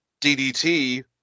DDT